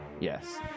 yes